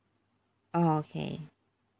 oh okay